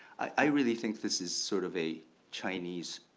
i really think this is sort of a chinese